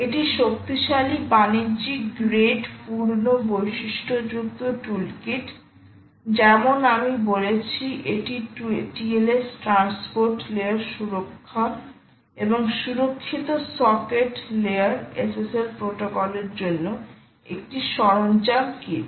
এটি শক্তিশালী বাণিজ্যিক গ্রেড পূর্ণ বৈশিষ্ট্যযুক্ত টুলকিট যেমন আমি বলেছি এটি TLS ট্রান্সপোর্ট লেয়ার সুরক্ষা এবং সুরক্ষিত সকেট লেয়ার SSL প্রোটোকলের জন্য একটি সরঞ্জাম কিট